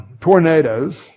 tornadoes